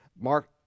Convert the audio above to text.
Mark